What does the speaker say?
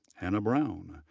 anna brown,